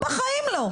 בחיים לא.